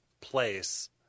place